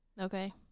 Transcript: Okay